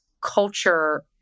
culture